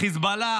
חיזבאללה,